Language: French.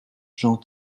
j’en